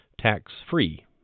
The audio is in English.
tax-free